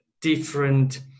different